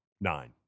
Nine